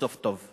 וסוף טוב.